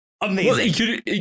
Amazing